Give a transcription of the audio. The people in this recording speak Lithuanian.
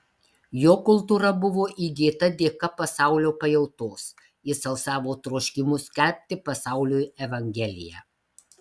jo kultūra buvo įgyta dėka pasaulio pajautos jis alsavo troškimu skelbti pasauliui evangeliją